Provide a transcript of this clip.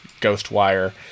Ghostwire